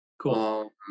cool